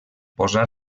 posar